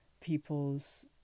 people's